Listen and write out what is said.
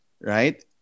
Right